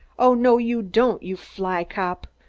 oh, no you don't, you fly cop!